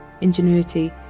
ingenuity